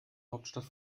hauptstadt